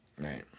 Right